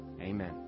amen